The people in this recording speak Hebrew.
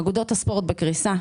אגודות הספורט בקריסה.